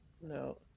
No